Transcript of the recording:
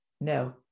no